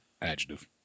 adjective